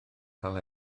cael